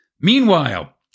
Meanwhile